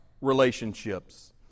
relationships